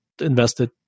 invested